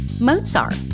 Mozart